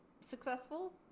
successful